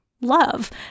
love